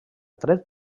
tret